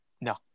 No